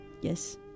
Yes